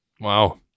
Wow